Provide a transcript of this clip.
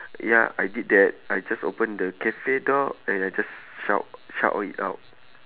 ya I did that I just open the cafe door and I just shout shout it out